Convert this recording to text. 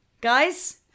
Guys